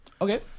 Okay